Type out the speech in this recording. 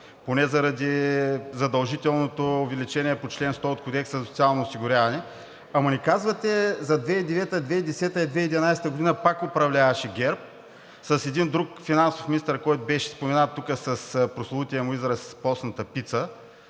поне заради задължителното увеличение по чл. 100 от Кодекса за социално осигуряване. Ама не казвате за 2009-а, 2010-а и 2011 г. – пак управляваше ГЕРБ, с един друг финансов министър, който беше споменат тук с прословутия му израз „постната пица“